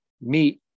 meet